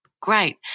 Great